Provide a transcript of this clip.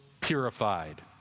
purified